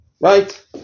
right